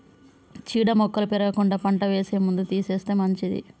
చీడ మొక్కలు పెరగకుండా పంట వేసే ముందు తీసేస్తే మంచిది